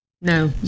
no